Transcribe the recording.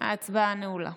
ההצבעה נעולה.